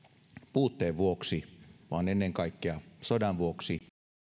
puutteen vuoksi vaan ennen kaikkea sodan vuoksi tulin maahan joka oli suomi